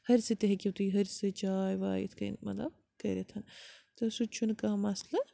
ۂرسہٕ تہِ ہیٚکِو تُہۍ ۂرسہٕ چاے واے اِتھ کٔنۍ مطلب کٔرِتھ تہٕ سُہ چھُنہٕ کانٛہہ مَسلہٕ